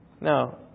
No